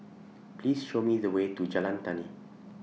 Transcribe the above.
Please Show Me The Way to Jalan Tani